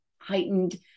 heightened